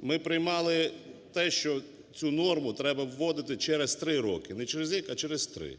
ми приймали те, що цю норму треба вводити через три роки, не через рік, а через три,